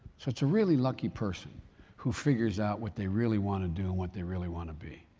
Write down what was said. so it's a really lucky person who figures out what they really want to do and what they really want to be.